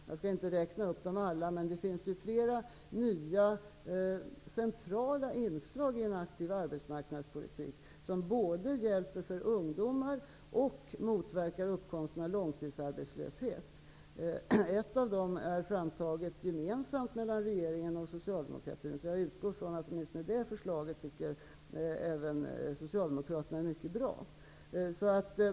Jag skall inte räkna upp dem alla, men det finns flera nya centrala inslag i en aktiv arbetsmarknadspolitik som både hjälper ungdomar och motverkar uppkomsten av långtidsarbetslöshet. Ett av dem är framtaget gemensamt av regeringen och socialdemokratin, och jag utgår ifrån att även Socialdemokraterna tycker att det förslaget är mycket bra.